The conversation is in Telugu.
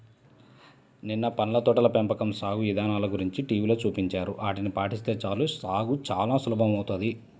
నిన్న పళ్ళ తోటల పెంపకం సాగు ఇదానల గురించి టీవీలో చూపించారు, ఆటిని పాటిస్తే చాలు సాగు చానా సులభమౌతది